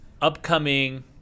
upcoming